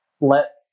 let